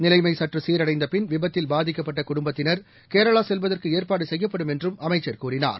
நிலைமைசற்றுசீரடைந்தபின் விபத்தில் பாதிக்கப்பட்டகுடும்பத்தினர் கேரளாசெல்வதற்குஏற்பாடுசெய்யப்படும் என்றும் அமைச்சர் கூறினார்